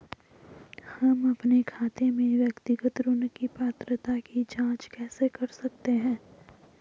हम अपने खाते में व्यक्तिगत ऋण की पात्रता की जांच कैसे कर सकते हैं?